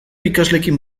ikasleekin